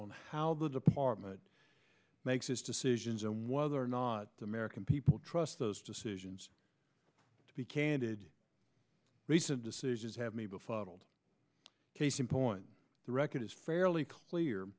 on how the department makes his decisions and whether or not the american people trust those decisions to be candid recent decisions have made befuddled case in point the record is fairly clear